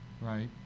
right